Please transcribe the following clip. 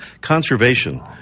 conservation